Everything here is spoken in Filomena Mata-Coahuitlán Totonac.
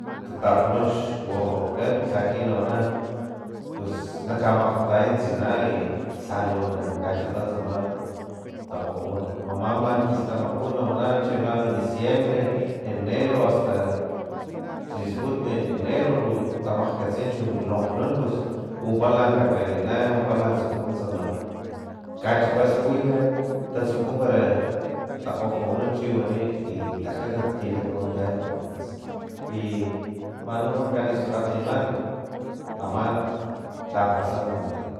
Tataknu xgorrokan laki xa nawana pus na kamakgtaya tsina i lhalu na kachipa tsama takgojon uma mima kilhtamaku nawana chiama diciembre enero o hasta xlisputni enero lu tamakgkatsi chu lonkgnun pus umpala kalila pala tsuku tsama kachipa lhuyat tatsuku para takgojonun para chiwani i tajatat kilakawantaya makgapits i man u ama kalixakgatiman ama taakgalham wanikan.